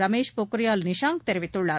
ரமேஷ் பொக்ரியால் நிஷாங்க் தெரிவித்துள்ளார்